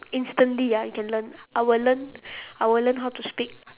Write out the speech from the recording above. instantly ya you can learn I will learn I will learn how to speak